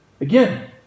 Again